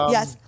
Yes